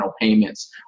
payments